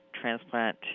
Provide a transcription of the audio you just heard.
transplant